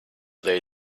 they